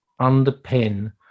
underpin